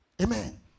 Amen